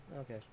Okay